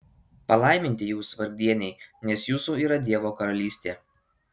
palaiminti jūs vargdieniai nes jūsų yra dievo karalystė